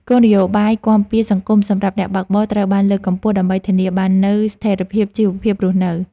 គោលនយោបាយគាំពារសង្គមសម្រាប់អ្នកបើកបរត្រូវបានលើកកម្ពស់ ដើម្បីធានាបាននូវស្ថិរភាពជីវភាពរស់នៅ។